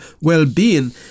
well-being